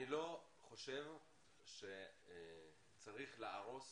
אני לא חושב שצריך להרוס